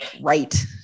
right